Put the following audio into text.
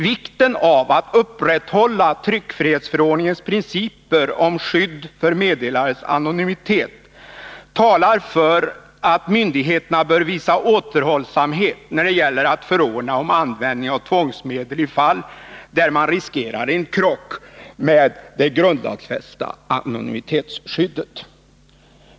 Vikten av att upprätthålla tryckfrihetsförordningens principer om skydd för meddelares anonymitet talar för att myndigheterna bör visa återhållsamhet när det gäller att förordna om användning av tvångsmedel i fall där man riskerar en krock med det grundlagsfästa anonymitetsskyddet.